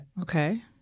Okay